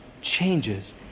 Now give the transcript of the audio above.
changes